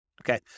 Okay